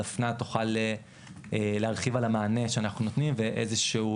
דפנה תוכל להרחיב על המענה שאנחנו נותנים ואיזשהו